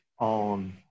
on